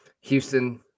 Houston